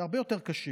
הרבה יותר קשה,